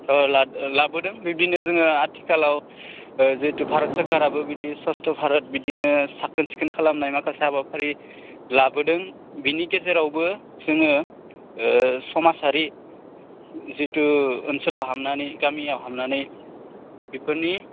लाबोदों बिदिनो जोङो आथिखालाव जितु भारत सोरकाराबो बिदि स्वच्च भारत बिदिनो साखोन सिखोन खालामनाय माखासे हाबाफारि लाबोदों बेनि गेजेरावबो जोङो समाजारि जितु ओनसोलाव हाबनानै गामियाव हाबनानै बेफोरनि